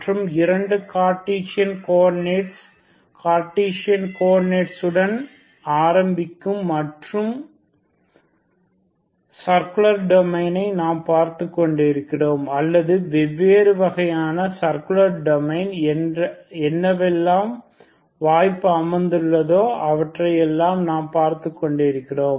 மற்றும் இரண்டு Cartesian coordinates Cartesian coordinates உடன் ஆரம்பிக்கும் மற்றும் சர்குலர் டொமைனை நாம் பார்த்துக் கொண்டிருக்கிறோம் அல்லது வெவ்வேறு வகையான சர்க்குலர் டொமைன் என்னவெல்லாம் வாய்ப்பு அமைந்துள்ளதோ அவற்றை எல்லாம் நாம் பார்த்துக் கொண்டிருக்கிறோம்